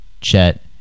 Chet